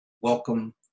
Welcome